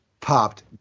popped